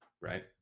right